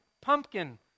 pumpkin